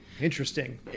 Interesting